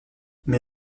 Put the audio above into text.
mais